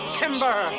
timber